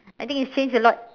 I think it's changed a lot